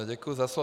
Děkuji za slovo.